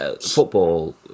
football